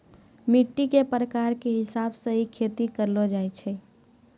मिट्टी के प्रकार के हिसाब स हीं खेती करलो जाय छै